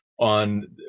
on